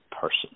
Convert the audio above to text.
person